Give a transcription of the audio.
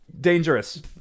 dangerous